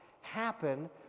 happen